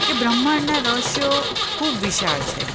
કે બ્રહ્માંડનાં રહસ્યો ખૂબ વિશાળ છે